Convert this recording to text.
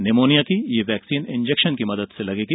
pneumonia की यह vaccine injection की मदद से लगेगा